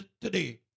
today